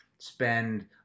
spend